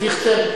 את דיכטר,